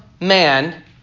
man